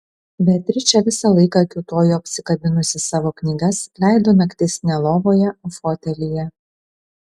beatričė visą laiką kiūtojo apsikabinusi savo knygas leido naktis ne lovoje o fotelyje